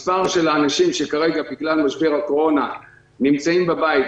מספר האנשים שכרגע בגלל משבר הקורונה נמצאים בבית,